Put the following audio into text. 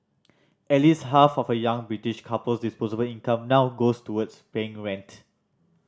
at least half of a young British couple's disposable income now goes towards paying rent